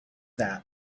that